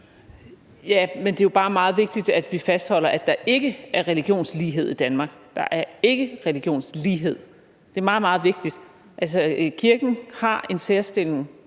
Ja, men det er jo bare meget vigtigt, at vi fastholder, at der ikke er religionslighed i Danmark. Der er ikke religionslighed. Det er meget, meget vigtigt. Altså, kirken har en særstilling,